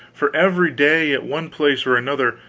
for every day, at one place or another,